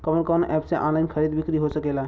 कवन कवन एप से ऑनलाइन खरीद बिक्री हो सकेला?